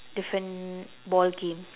different ball game